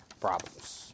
problems